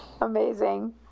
Amazing